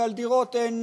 ועל דירות אין